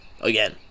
again